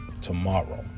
tomorrow